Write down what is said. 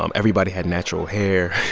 um everybody had natural hair,